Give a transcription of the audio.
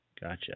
Gotcha